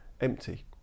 empty